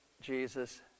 Jesus